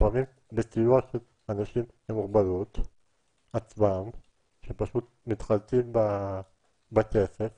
לפעמים בסיוע של אנשים עם מוגבלות שפשוט מתחלקים בכסף,